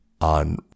on